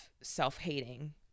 self-hating